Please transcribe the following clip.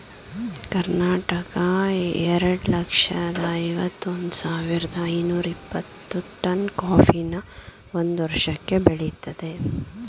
ಕರ್ನಾಟಕ ಎರಡ್ ಲಕ್ಷ್ದ ಐವತ್ ಒಂದ್ ಸಾವಿರ್ದ ಐನೂರ ಇಪ್ಪತ್ತು ಟನ್ ಕಾಫಿನ ಒಂದ್ ವರ್ಷಕ್ಕೆ ಬೆಳಿತದೆ